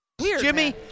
Jimmy